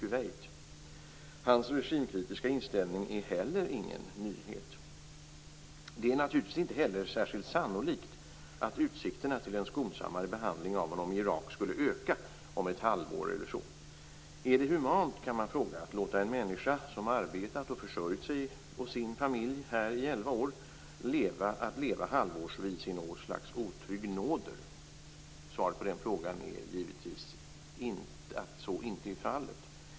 Hans regimkritiska inställning är inte heller någon nyhet. Det är naturligtvis inte heller särskilt sannolikt att utsikterna till en skonsammare behandling av honom i Irak skulle öka om ett halvår eller så. Är det humant att låta en människa som har arbetat och försörjt sig och sin familj här i elva år leva halvårsvis i något slags otrygg nåder? Svaret på den frågan är givetvis att så inte är fallet.